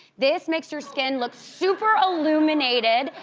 this makes your skin looks super illuminated.